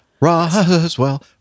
Roswell